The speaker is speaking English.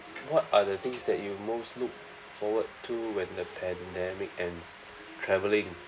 what are the things that you most look forward to when the pandemic ends travelling